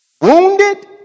wounded